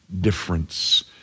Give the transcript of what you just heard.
difference